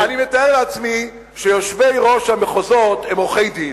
אני מתאר לעצמי שיושבי-ראש המחוזות הם עורכי-דין,